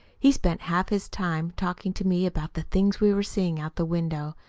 he spent half his time talking to me about the things we were seeing out the window.